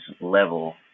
level